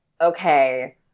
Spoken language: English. okay